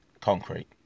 concrete